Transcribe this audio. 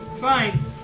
Fine